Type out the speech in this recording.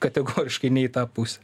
kategoriškai ne į tą pusę